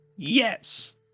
Yes